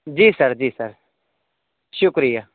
جی sir جی sir شکریہ